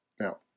Now